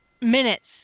minutes